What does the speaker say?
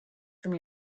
from